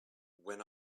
when